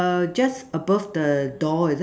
just above the doll is it